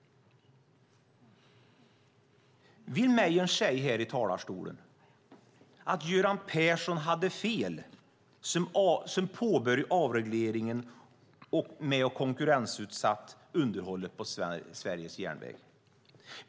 Vill Mejern säga här i talarstolen att Göran Persson hade fel som påbörjade avregleringen med att konkurrensutsätta underhållet på Sveriges järnväg?